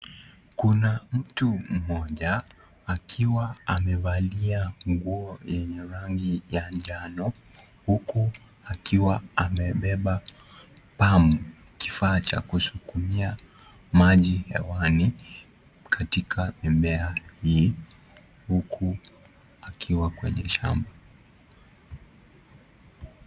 Kuna mtu mmoja akiwa amevalia nguo yenye rangi ya manjano. Huku akiwa amebeba pampu, kifaa cha kuskumia maji hewani katika mimea hii huku akiwa kwenye shamba.